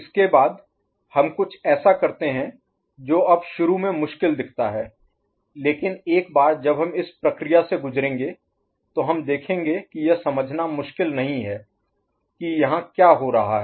इसके बाद हम कुछ ऐसा करते हैं जो अब शुरू में मुश्किल दिखता है लेकिन एक बार जब हम इस प्रक्रिया से गुजरेंगे तो हम देखेंगे कि यह समझना मुश्किल नहीं है कि यहां क्या हो रहा है